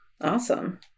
awesome